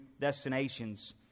destinations